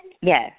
Yes